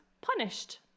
punished